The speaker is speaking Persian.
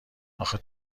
اخه